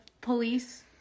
police